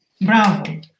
Bravo